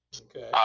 Okay